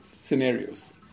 scenarios